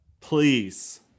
Please